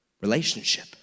relationship